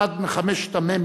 אחד מחמשת המ"מים,